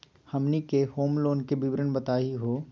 हमनी के home loan के विवरण बताही हो?